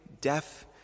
deaf